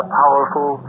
powerful